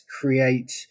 create